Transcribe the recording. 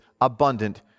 Abundant